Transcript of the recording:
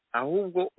ahugo